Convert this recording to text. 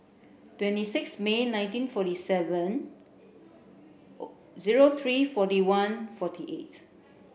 twenty six May nineteen forty seven zero three forty one forty eight